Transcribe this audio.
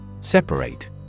Separate